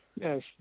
yes